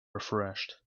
refreshed